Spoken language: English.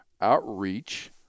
outreach